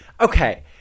Okay